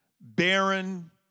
barren